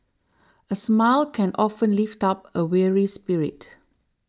a smile can often lift up a weary spirit